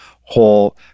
whole